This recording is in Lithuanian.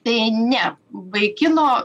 tai ne vaikino